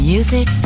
Music